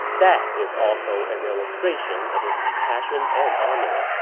that is also an illustration of his compassion and honor.